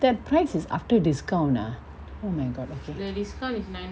that price is after discount ah oh my god okay